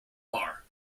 var